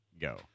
go